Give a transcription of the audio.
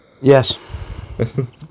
Yes